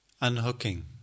unhooking